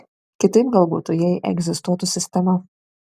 kitaip gal butų jei egzistuotų sistema